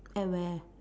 at where